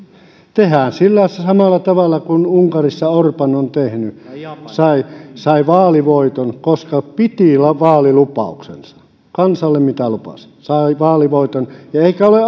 tehdään sillä samalla tavalla kuin unkarissa orban on tehnyt sai vaalivoiton koska piti vaalilupauksensa sen mitä kansalle lupasi sai vaalivoiton eikä ole